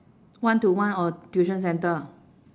one to one or tuition centre